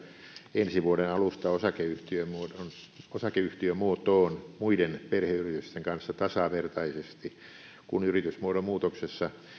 ensi vuoden alusta osakeyhtiömuotoon osakeyhtiömuotoon muiden perheyritysten kanssa tasavertaisesti kun yritysmuodon muutoksessa